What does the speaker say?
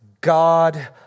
God